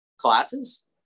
classes